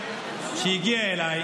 נא לסיים.